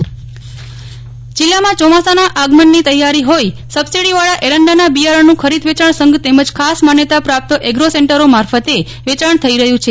નેહલ ઠકકર જિલ્લામાં ચોમાસાના આગમનની તૈથારી હોઈ સબસીડી વાળા એરંડાના બિયારણનું ખરીદ વેચાણ સંઘ તેમજ ખાસ માન્યતા પ્રાપ્ત એગ્રો સેન્ટરો મારફતે વેયાણ થઈ રહ્યું છે